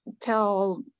tell